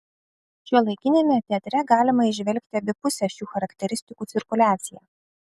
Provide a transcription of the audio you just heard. šiuolaikiniame teatre galima įžvelgti abipusę šių charakteristikų cirkuliaciją